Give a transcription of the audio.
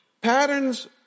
patterns